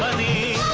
me.